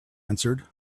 answered